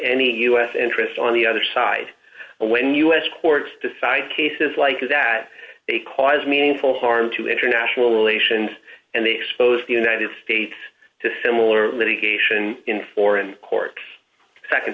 any u s interest on the other side and when u s courts decide cases like that because meaningful harm to international relations and they expose the united states to similar litigation in foreign courts